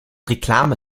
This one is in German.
reklame